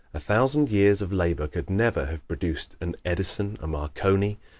a thousand years of labor could never have produced an edison, a marconi,